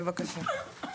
בבקשה.